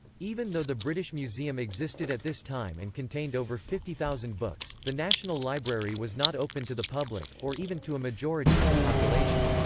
even though the british museum existed at this time and contained over fifty thousand books, the national library was not open to the public, or even to a majority of the population.